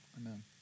amen